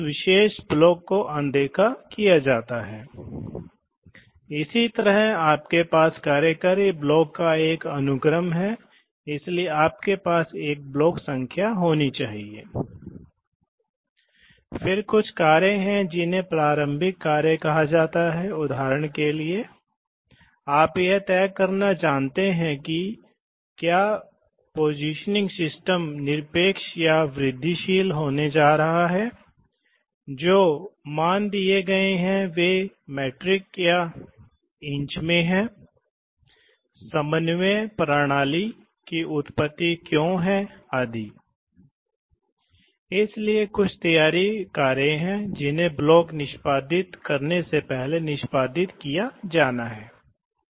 इसलिए कभी कभी यह AND लॉजिक सुरक्षा अनुप्रयोगों के लिए उपयोग किया जाता है जहां ऑपरेटर को दोनों पुश बटन दबाने के लिए मजबूर किया जाता है ताकि उसका हाथ जहां यह न्यूमेटिक्स प्रणालियों का संचालन कर रहा है विभिन्न प्रकार की मशीनों के संचालन में ऑपरेटरों की सहायता के लिए बहुत अधिक उपयोग किया जाता है और कभी कभी आप वहां जानते हैं क्या सुरक्षा के खतरे हैं उदाहरण के लिए आपके पास दो बड़ी भूमिकाएँ हैं जिसमें ऑपरेटर को कुछ मटेरियल डालनी होती है आमतौर पर ऐसी चीजों का उपयोग किया जाता है आपको पता है कि जरूरत की मटेरियल को पतला कर सकते हैं जैसे टायर के उत्पादन में शुरू में टायर के रूप में ढाला जाने से पहले रबर की आवश्यकता होती है